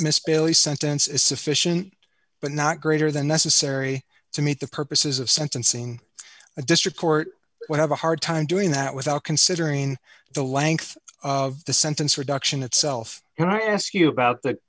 miss bailey sentence is sufficient but not greater than necessary to meet the purposes of sentencing a district court would have a hard time doing that without considering the length of the sentence reduction itself and i ask you about that